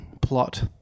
plot